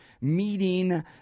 meeting